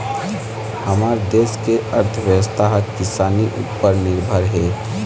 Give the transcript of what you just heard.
हमर देस के अर्थबेवस्था ह किसानी उपर निरभर हे